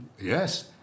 Yes